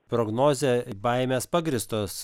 prognoze baimės pagrįstos